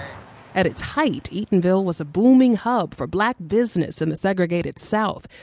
at its height, eatonville was a booming hub for black business in the segregated south.